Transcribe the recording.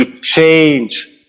change